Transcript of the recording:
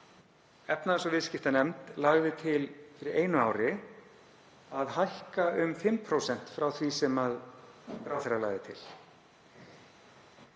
efnahags- og viðskiptanefnd lagði til fyrir einu ári að hækka um 5% frá því sem ráðherra lagði til.